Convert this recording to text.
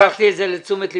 לקחתי את זה לתשומת לבי.